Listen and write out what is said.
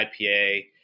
IPA